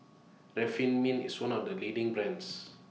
Remifemin IS one of The leading brands